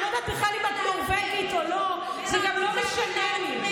אני לא יודעת בכלל אם את נורבגית או לא וזה גם לא משנה לי.